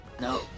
No